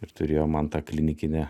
ir turėjo man tą klinikinę